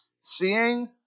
Seeing